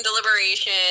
deliberation